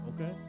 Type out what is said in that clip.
okay